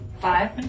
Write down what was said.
Five